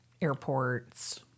airports